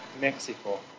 Mexico